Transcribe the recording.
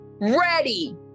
ready